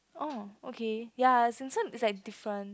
oh okay ya it's inside it's like different